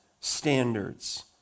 standards